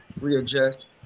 readjust